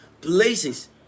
places